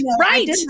Right